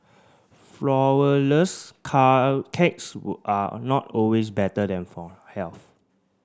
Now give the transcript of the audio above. flourless car cakes were are not always better then for health